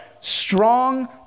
strong